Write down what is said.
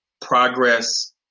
progress